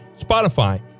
Spotify